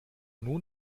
nun